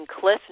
Cliff